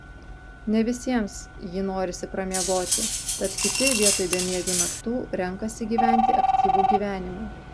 ne visiems jį norisi pramiegoti tad kiti vietoj bemiegių naktų renkasi gyventi aktyvų gyvenimą